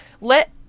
Let